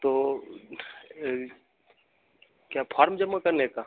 तो क्या फार्म जमा करने का